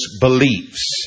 beliefs